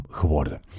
geworden